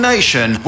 Nation